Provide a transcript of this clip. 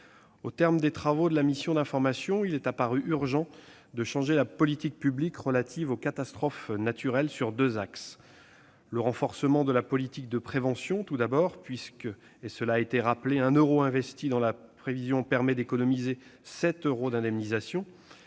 Au terme des travaux de la mission d'information, il est apparu urgent de changer la politique publique relative aux catastrophes naturelles sur deux axes. La priorité est le renforcement de la politique de prévention, puisque, et cela a été rappelé, 1 euro investi dans la prévision permet d'économiser 7 euros d'indemnisation.